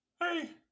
Hey